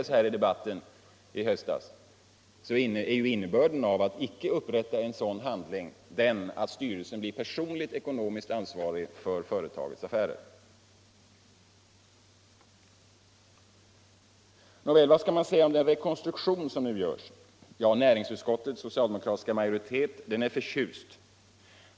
Som påpekades i debatten i höstas är innebörden av att icke upprätta en sådan handling den, att styrelsen blir personligt ekonomiskt ansvarig för företagets affärer. Vad skall man då säga om den rekonstruktion som görs? Ja, näringsutskottets socialdemokratiska majoritet är förtjust.